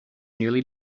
nearly